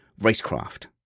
racecraft